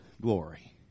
glory